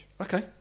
Okay